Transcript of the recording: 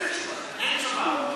אין תשובה.